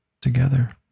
together